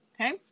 Okay